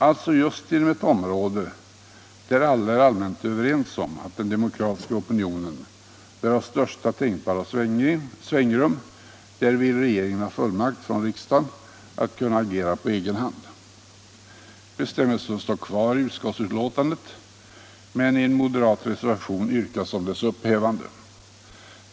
Alltså: Just inom ett område där alla är överens om att den demokratiska opinionen bör ha största tänkbara svängrum, där vill regeringen ha fullmakt från riksdagen för att kunna agera på egen hand. Bestämmelsen står kvar i betänkandet, men i en moderat reservation yrkas dess upphävande.